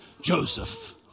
Joseph